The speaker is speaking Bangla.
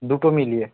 দুটো মিলিয়ে